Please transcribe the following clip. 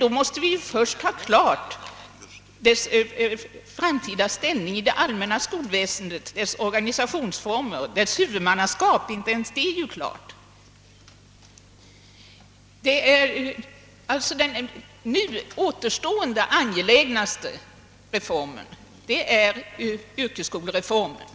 Vi måste först ha klart för oss dess framtida ställning i det allmänna skolväsendet, dess organisationsformer, dess huvudmannaskap. Inte ens denna fråga är löst. Den nu återstående mest angelägna reformen är alltså yrkesskolereformen.